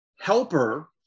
helper